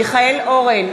מיכאל אורן,